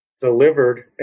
delivered